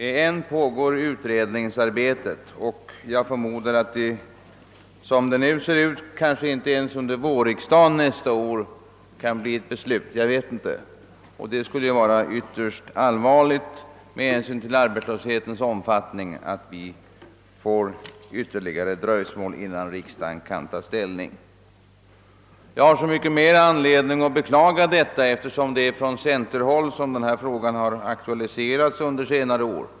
Ännu pågår utredningsarbetet, och jag förmodar att det, som det nu ser ut, kanske inte ens under vårriksdagen nästa år kan bli ett beslut. Det skulle med hänsyn till arbetslöshetens omfattning vara ytterst allvarligt om det blir ytterligare dröjsmål innan riksdagen kan ta ställning. Jag har så mycket större anledning att beklaga detta, eftersom det är från centerhåll som denna fråga har aktualiserats under senare år.